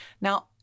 Now